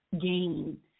gain